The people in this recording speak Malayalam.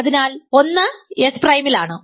അതിനാൽ 1 എസ് പ്രൈമിലാണ്